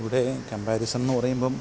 ഇവിടെ കംപാരിസൺന്ന് പറയുമ്പം